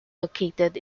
located